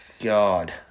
God